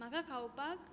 म्हाका खावपाक